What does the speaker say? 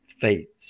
fates